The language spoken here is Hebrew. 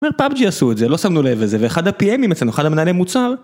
פאבג׳י עשו את זה, לא שמנו לב לזה, ואחד ה־PMים אצלנו, אחד המנהלי מוצר.